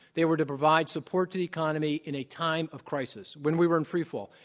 they were to provide support to the economy in a time of crisis, when we were in free fall.